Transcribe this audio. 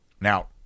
Now